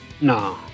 No